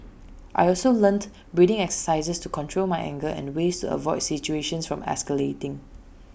I also learnt breathing exercises to control my anger and ways to avoid situations from escalating